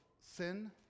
sin